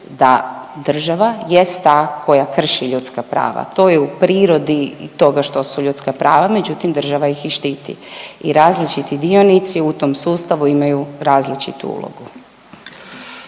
da država jest ta koja krši ljudska prava, to je u prirodi toga što su ljudska prava. Međutim, država ih i štiti. I različiti dionici u tom sustavu imaju različitu ulogu.